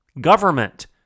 Government